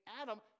Adam